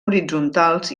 horitzontals